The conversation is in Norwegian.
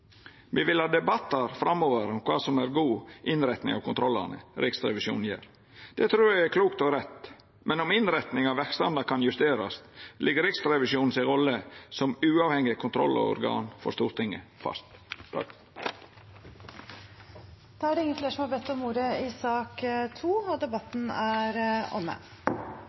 vil ha debattar framover om kva som er god innretning av kontrollane Riksrevisjonen gjer. Det trur eg er klokt og rett. Men om innretninga av verksemda kan justerast, ligg Riksrevisjonen si rolle som uavhengig kontrollorgan for Stortinget fast. Flere har ikke bedt om ordet til sak nr. 2. Etter ønske fra justiskomiteen vil presidenten ordne debatten